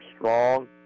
strong